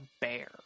bear